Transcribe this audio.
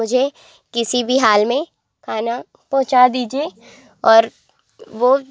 मुझे किसी भी हाल में खाना पहुँचा दीजिए और वो